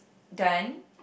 done